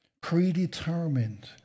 predetermined